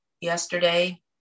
yesterday